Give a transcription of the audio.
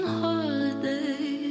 holiday